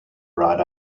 brought